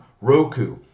Roku